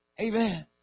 Amen